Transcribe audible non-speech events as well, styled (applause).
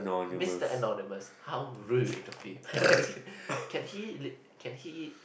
Mister Anonymous how rude of him (laughs) can he (noise) can he